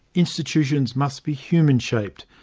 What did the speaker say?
institutions must be human-shaped,